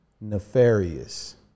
nefarious